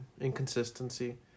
inconsistency